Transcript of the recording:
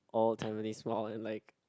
old Tampines Mall and like